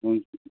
हुन्छ